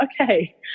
okay